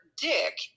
dick